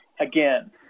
again